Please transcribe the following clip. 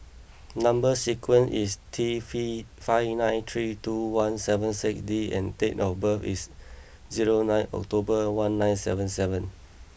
number sequence is T five nine three two one seven six D and date of birth is zero nine October one nine seven seven